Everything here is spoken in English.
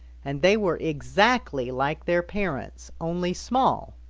and they were exactly like their parents, only small.